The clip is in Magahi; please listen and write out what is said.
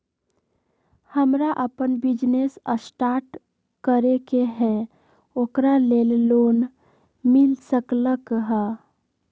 हमरा अपन बिजनेस स्टार्ट करे के है ओकरा लेल लोन मिल सकलक ह?